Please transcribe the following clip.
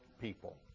people